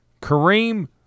Kareem